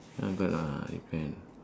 ya good ah repent